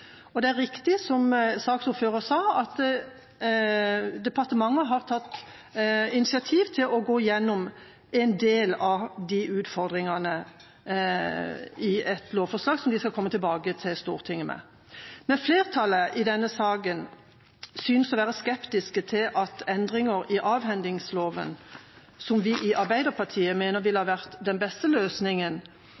Det er riktig som saksordføreren sa, at departementet har tatt initiativ til å gå igjennom en del av disse utfordringene i et lovforslag som de skal komme tilbake til Stortinget med. Men flertallet i denne saken synes å være skeptiske til at endringer i avhendingsloven, som vi i Arbeiderpartiet mener ville ha vært den beste løsningen,